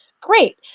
Great